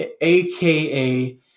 aka